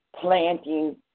planting